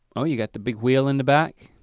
oh you got the big wheel in the back.